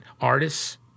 artists